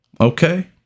Okay